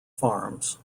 farms